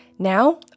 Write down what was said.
Now